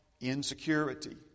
insecurity